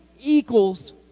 equals